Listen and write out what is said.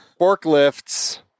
Forklifts